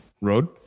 Road